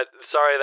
Sorry